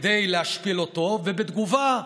כדי להשפיל אותו, ובתגובה,